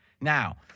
Now